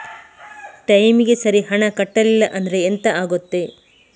ಟೈಮಿಗೆ ಸರಿ ಹಣ ಕಟ್ಟಲಿಲ್ಲ ಅಂದ್ರೆ ಎಂಥ ಆಗುತ್ತೆ?